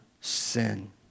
sin